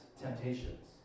temptations